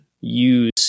use